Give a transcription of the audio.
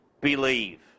believe